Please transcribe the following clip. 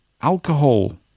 alcohol